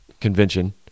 convention